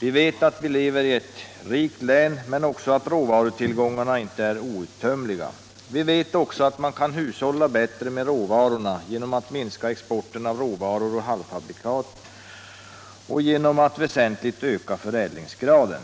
Vi vet att vi lever i ett rikt län men också att råvarutillgångarna inte är outtömliga. Vi vet också att man kan hushålla bättre med råvarorna genom att minska exporten av råvaror och halvfabrikat och genom att väsentligt öka förädlingsgraden.